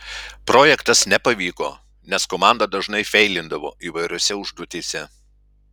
projektas nepavyko nes komanda dažnai feilindavo įvairiose užduotyse